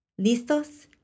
¿Listos